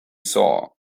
saw